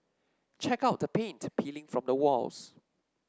check out the paint peeling from the walls